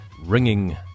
ringing